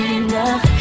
enough